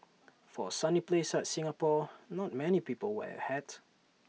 for A sunny place like Singapore not many people wear A hat